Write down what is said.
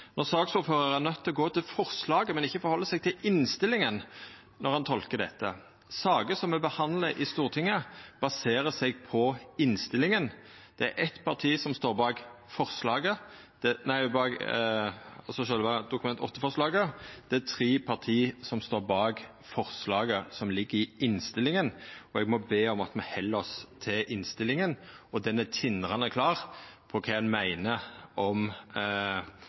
når saksordføraren er nøydd til å gå til forslaget, og ikkje held seg til innstillinga når han tolkar det. Saker som me behandlar i Stortinget, baserer seg på innstillinga. Det er eitt parti som står bak sjølve Dokument 8-forslaget. Det er tre parti som står bak forslaga som ligg i innstillinga, og eg må be om at me held oss til innstillinga. Ho er tindrande klar på kva ein meiner om